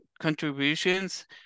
contributions